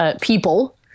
people